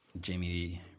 Jamie